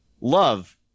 Love